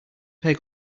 peg